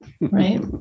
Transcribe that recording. Right